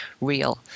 real